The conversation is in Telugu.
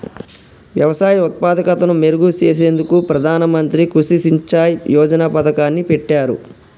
వ్యవసాయ ఉత్పాదకతను మెరుగు చేసేందుకు ప్రధాన మంత్రి కృషి సించాయ్ యోజన పతకాన్ని పెట్టారు